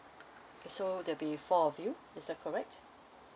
so there'll be four of you is that correct